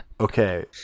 Okay